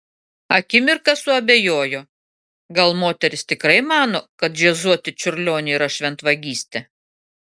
akimirką suabejojo gal moteris tikrai mano kad džiazuoti čiurlionį yra šventvagystė